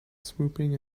swooping